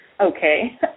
okay